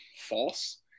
false